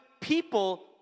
people